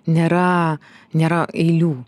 nėra nėra eilių